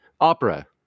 Opera